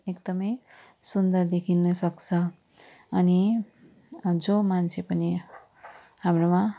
एकदमै सुन्दर देखिनुसक्छ अनि जो मान्छे पनि हाम्रोमा